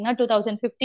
2015